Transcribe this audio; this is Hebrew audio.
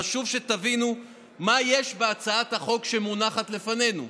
חשוב שתבינו מה יש בהצעת החוק שמונחת לפנינו.